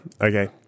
Okay